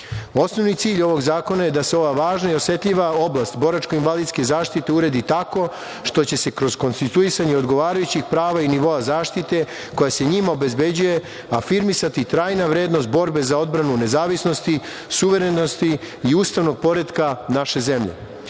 oblasti. Osnovni cilj ovog zakona je da se ova važna i osetljiva oblast boračke i invalidske zaštite uredi tako što će se kroz konstituisanje odgovarajućih prava i nivoa zaštite koja se njima obezbeđuje afirmisati trajna vrednost borbe za odbranu nezavisnosti, suverenosti i ustavnog poretka naše zemlje.